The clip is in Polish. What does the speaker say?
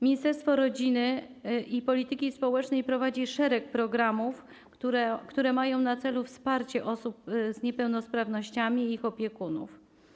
Ministerstwo Rodziny i Polityki Społecznej prowadzi szereg programów, które mają na celu wsparcie osób z niepełnosprawnościami i ich opiekunów.